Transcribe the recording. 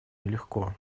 нелегко